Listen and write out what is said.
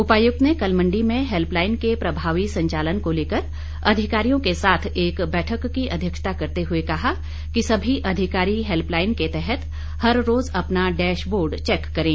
उपायुक्त ने कल मंडी में हैल्पलाईन के प्रभावी संचालन को लेकर अधिकारियों के साथ एक बैठक की अध्यक्षता करते हुए कहा कि सभी अधिकारी हैल्पलाईन के तहत हर रोज़ अपना डैशबोर्ड चैक करें